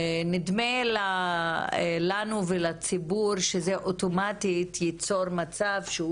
נדמה לנו ולציבור שזה אוטומטית ייצור מצב שהוא